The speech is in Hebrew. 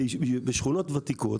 בשכונות ותיקות,